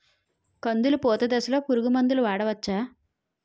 కందులు పూత దశలో పురుగు మందులు వాడవచ్చా?